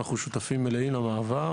אנחנו שותפים מלאים למעבר,